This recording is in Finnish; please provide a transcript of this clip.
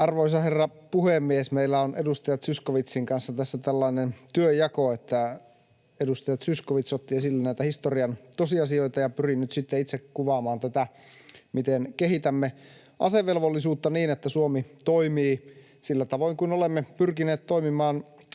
Arvoisa herra puhemies! Meillä on edustaja Zyskowiczin kanssa tässä tällainen työnjako, että edustaja Zyskowicz otti esille näitä historian tosiasioita ja itse pyrin nyt sitten kuvaamaan tätä, miten kehitämme asevelvollisuutta niin, että Suomi toimii sillä tavoin kuin olemme pyrkineet toimimaan